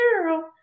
girl